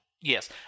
Yes